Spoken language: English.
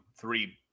three